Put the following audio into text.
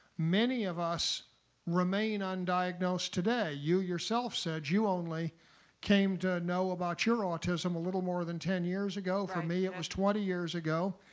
many of us were remain un diagnosed today. you yourself said you only came to know about your autism a little more than ten years ago. for me it was twenty years ago.